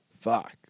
fuck